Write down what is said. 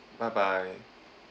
bye bye